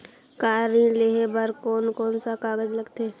Car ऋण लेहे बार कोन कोन सा कागज़ लगथे?